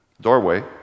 doorway